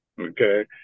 Okay